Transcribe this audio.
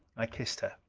i kissed her.